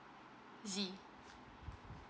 Z